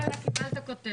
יאללה, קיבלת כותרת.